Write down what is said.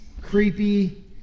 creepy